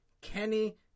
Kenny